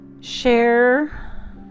share